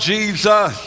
Jesus